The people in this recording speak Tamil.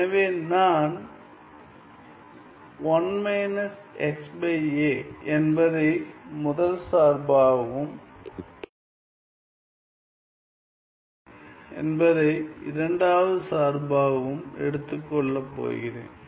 எனவே நான் என்பதை முதல் சார்பாகவும் மற்றும் என்பதை இரண்டாவது சார்பாகவும் எடுத்துக் கொள்ளப் போகிறேன்